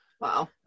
Wow